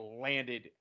landed